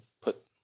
put